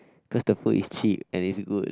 cause the food is cheap and is good